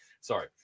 Sorry